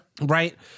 Right